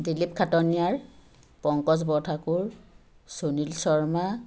দিলীপ খাটনিয়াৰ পংকজ বৰঠাকুৰ সুনীল শৰ্মা